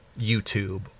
youtube